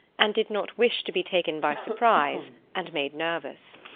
and did not wish to be taken by surprise, and made nervous.